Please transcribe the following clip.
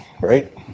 Right